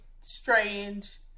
strange